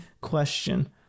question